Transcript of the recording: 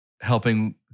helping